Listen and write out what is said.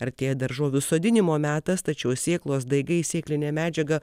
artėja daržovių sodinimo metas tačiau sėklos daigai sėklinė medžiaga